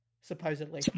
supposedly